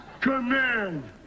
command